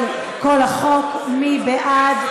מי בעד?